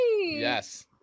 Yes